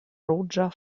ruĝa